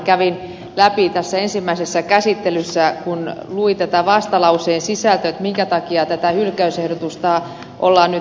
kävin läpi tässä ensimmäisessä käsittelyssä sitä kun luin tätä vastalauseen sisältöä minkä takia tätä hylkäysehdotusta ollaan nyt tekemässä